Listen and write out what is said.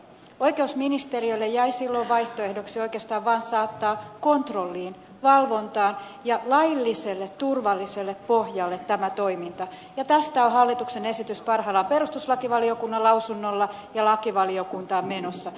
oikeusministeriölle jäi silloin vaihtoehdoksi oikeastaan vaan saattaa kontrolliin valvontaan ja lailliselle turvalliselle pohjalle tämä toiminta ja tästä on hallituksen esitys parhaillaan perustuslakivaliokunnan lausunnolla ja lakivaliokuntaan menossa